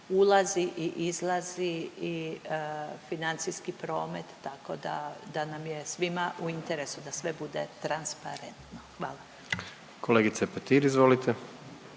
ulazi i izlazi i financijski promet, tako da, da nam je svima u interesu da sve bude transparentno. Hvala. **Jandroković, Gordan